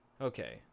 Okay